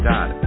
God